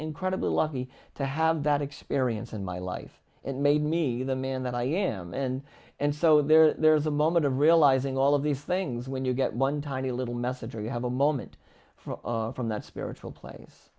incredibly lucky to have that experience in my life and made me the man that i am and and so there's a moment of realizing all of these things when you get one tiny little message or you have a moment from from that spiritual place